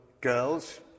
girls